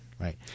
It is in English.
Right